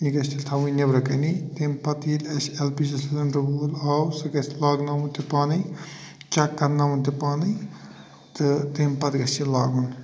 یہِ گَژھِ تیلہِ تھاوٕنۍ نیبرٕ کَنی تَمہِ پتہٕ ییٚلہِ أسۍ ایل پی جی سِلینٛڈَر وول آو سُہ گَژھِ لاگناوُن تہِ پانٕے چیک کَراناوُن تہِ پانٕے تہٕ تَمہِ پتہٕ گَژھِ یہِ لاگُن